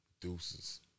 Deuces